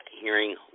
hearing